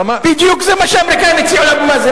בדיוק זה מה שהאמריקנים הציעו לאבו מאזן,